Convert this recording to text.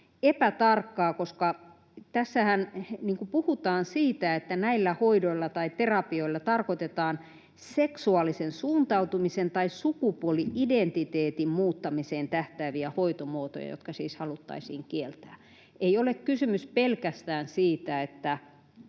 epätarkkaa, koska tässähän puhutaan siitä, että näillä hoidoilla tai terapioilla tarkoitetaan seksuaalisen suuntautumisen tai sukupuoli-identiteetin muuttamiseen tähtääviä hoitomuotoja, jotka siis haluttaisiin kieltää. Ei ole kysymys pelkästään siitä, että